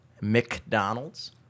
McDonald's